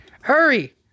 hurry